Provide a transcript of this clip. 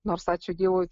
nors ačiū dievui